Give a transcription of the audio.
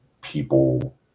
people